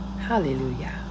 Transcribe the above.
hallelujah